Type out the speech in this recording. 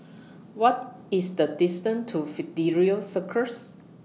What IS The distance to Fidelio Circus